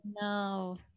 no